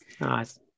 Nice